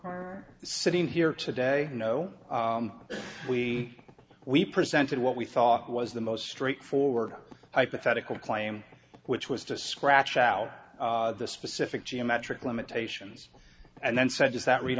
really sitting here today you know we we presented what we thought was the most straightforward hypothetical claim which was to scratch out the specific geometric limitations and then said is that read